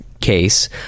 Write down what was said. case